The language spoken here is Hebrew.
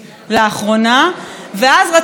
ואז רצים וצועקים געוואלד.